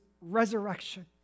resurrection